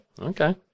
Okay